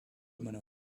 meiner